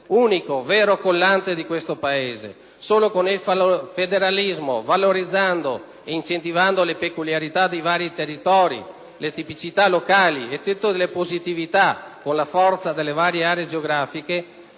unico vero collante del nostro Paese. Solo con il federalismo, valorizzando ed incentivando le peculiarità dei vari territori, le tipicità locali e tutte le positività con la forza delle varie aree geografiche,